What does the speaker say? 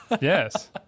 Yes